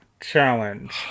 Challenge